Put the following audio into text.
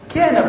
כן,